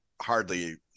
hardly